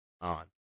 on